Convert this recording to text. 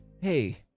hey